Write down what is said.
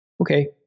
Okay